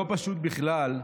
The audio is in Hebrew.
לא פשוט בכלל,